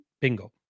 Bingo